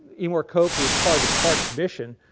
emmor cope who was part of the park commission,